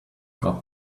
got